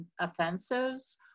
offenses